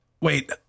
Wait